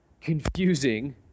confusing